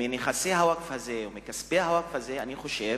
מנכסי הווקף הזה ומכספי הווקף הזה אני חושב